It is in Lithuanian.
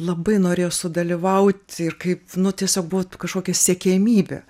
labai norėjo sudalyvauti ir kaip nu tiesiog būt kažkokia siekiamybė